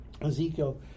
Ezekiel